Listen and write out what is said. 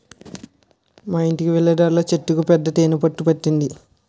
మా యింటికి వెళ్ళే దారిలో చెట్టుకు పెద్ద తేనె పట్టు పట్టింది